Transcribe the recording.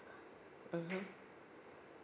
mmhmm